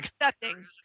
accepting